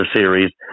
series